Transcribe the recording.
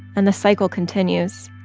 and the cycle continues